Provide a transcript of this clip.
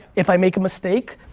if i make a mistake,